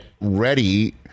ready